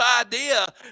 idea